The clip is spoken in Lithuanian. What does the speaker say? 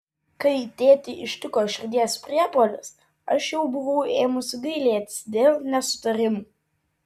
kai tėtį ištiko širdies priepuolis aš jau buvau ėmusi gailėtis dėl nesutarimų